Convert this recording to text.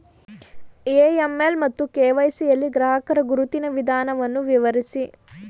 AML ಮತ್ತು KYC ಯಲ್ಲಿ ಗ್ರಾಹಕರ ಗುರುತಿನ ವಿಧಾನವನ್ನು ವಿವರಿಸಿ?